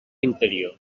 interior